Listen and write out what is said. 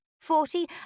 Forty